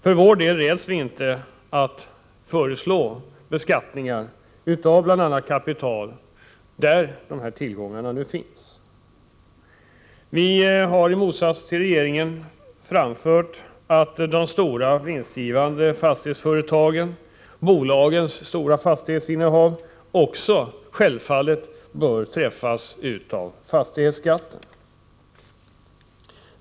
För vår del räds vi inte att föreslå beskattning av bl.a. kapital. Vi har i motsats till regeringen framfört att de stora vinstgivande fastighetsföretagen och bolag med stora fastighetsinnehav självfallet också bör träffas av fastighetsskatten.